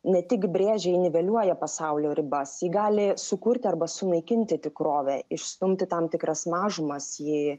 ne tik brėžiai niveliuoja pasaulio ribas ji gali sukurti arba sunaikinti tikrovę išstumti tam tikras mažumas ji